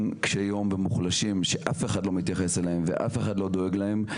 קשיי יום ומוחלשים שאף אחד לא מתייחס אליהם ואף אחד לא דואג להם,